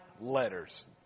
letters